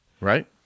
Right